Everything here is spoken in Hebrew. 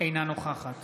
אינה נוכחת